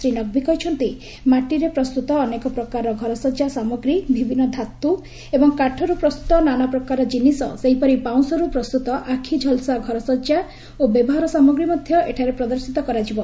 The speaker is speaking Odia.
ଶ୍ରୀ ନକ୍ବୀ କହିଛନ୍ତି ମାଟିରେ ପ୍ରସ୍ତୁତ ଅନେକ ପ୍ରକାରର ଘରସଜା ସାମଗ୍ରୀ ବିଭିନ୍ନ ଧାତୁ ଏବଂ କାଠରୁ ପ୍ରସ୍ତୁତ ନାନା ପ୍ରକାରର ଜିନିଷ ସେହିପରି ବାଉଁଶରୁ ପ୍ରସ୍ତୁତ ଆଖି ଝଲସା ଘରସଜ୍ଜା ଓ ବ୍ୟବହାର ସାମଗ୍ରୀ ମଧ୍ୟ ଏଠାରେ ପ୍ରଦର୍ଶିତ କରାଯିବ